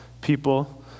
people